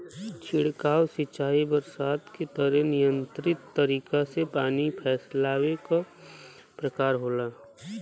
छिड़काव सिंचाई बरसात के तरे नियंत्रित तरीका से पानी फैलावे क प्रकार होला